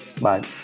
Bye